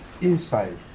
inside